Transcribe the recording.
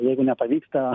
jeigu nepavyksta